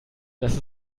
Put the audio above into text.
dass